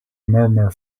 murmur